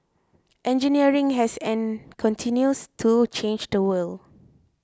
engineering has and continues to change the world